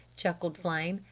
chuckled flame.